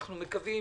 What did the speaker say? אנו מקווים